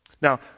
Now